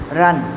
run